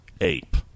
ape